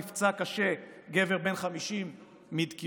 נפצע קשה גבר בן 50 מדקירות,